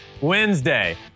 Wednesday